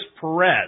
Perez